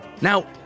Now